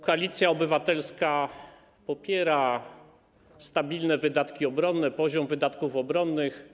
Koalicja Obywatelska popiera stabilne wydatki obronne, poziom wydatków obronnych.